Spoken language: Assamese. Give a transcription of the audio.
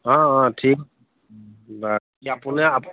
অঁ অঁ ঠিক বাকী আপুনি আপ